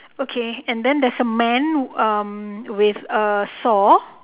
okay and then there's a man um with a saw